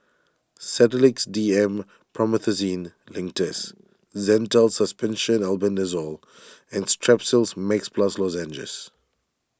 Sedilix D M Promethazine Linctus Zental Suspension Albendazole and Strepsils Max Plus Lozenges